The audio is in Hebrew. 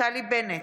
נפתלי בנט,